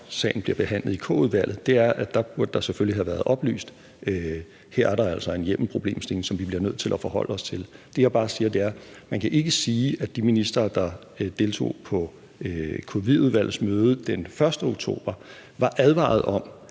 – sagen bliver behandlet i koordinationsudvalget – er, at det selvfølgelig burde have været oplyst, at her er der altså en hjemmelproblemstilling, som vi bliver nødt til at forholde os til. Det, jeg bare siger, er: Man kan ikke sige, at de ministre, der deltog på covid-19-udvalgets møde den 1. oktober, var advaret om,